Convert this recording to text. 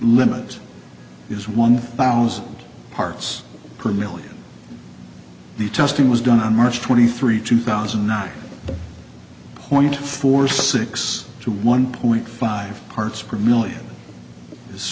limit is one thousand parts per million the testing was done on march twenty three two thousand and nine point four six to one point five